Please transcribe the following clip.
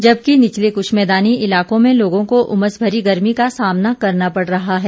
जबकि निचले कुछ मैदानी इलाकों में लोगों को उमस भरी गर्मी का सामना करना पड़ रहा है